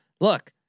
look